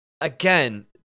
again